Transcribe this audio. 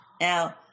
Now